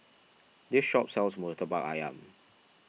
this shop sells Murtabak Ayam